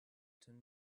tin